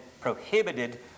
prohibited